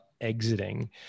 exiting